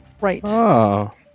Right